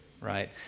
right